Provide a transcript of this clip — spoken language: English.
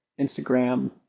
instagram